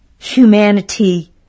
humanity